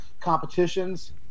competitions